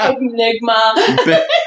Enigma